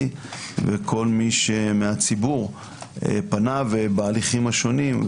וכל מי שמהציבור פנה בהליכים השונים,